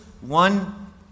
one